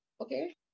okay